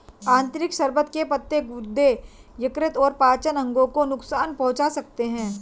अतिरिक्त शर्बत के पत्ते गुर्दे, यकृत और पाचन अंगों को नुकसान पहुंचा सकते हैं